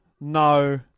No